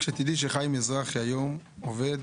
רק תדעי שחיים מזרחי היום עובד